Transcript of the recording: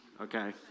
okay